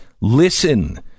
listen